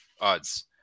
odds